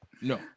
No